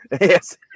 Yes